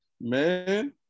Man